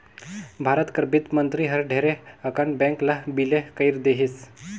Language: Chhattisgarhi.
भारत कर बित्त मंतरी हर ढेरे अकन बेंक ल बिले कइर देहिस